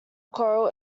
coral